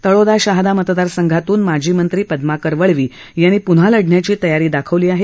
तळोदा शहादा मतदार संघातून माजी मंत्री पदमाकर वळवी यांनी पून्हा लढण्याची तयारी दाखवली आहे